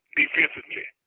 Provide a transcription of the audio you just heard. defensively